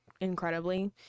incredibly